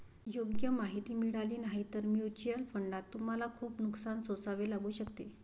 योग्य माहिती मिळाली नाही तर म्युच्युअल फंडात तुम्हाला खूप नुकसान सोसावे लागू शकते